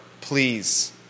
please